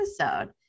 episode